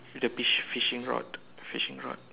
with the fish~ fishing rod fishing rod